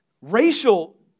Racial